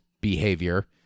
behavior